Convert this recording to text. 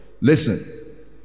Listen